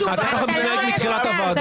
אתה ככה מתנהל מתחילת הוועדה.